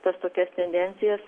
tas tokias tendencijas